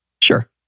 sure